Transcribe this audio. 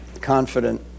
confident